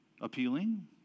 appealing